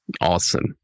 awesome